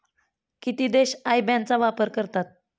किती देश IBAN चा वापर करतात?